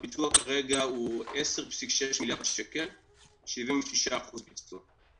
הביצוע כרגע הוא 10.6 מיליארד, 76% ביצוע.